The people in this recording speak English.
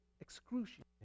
excruciating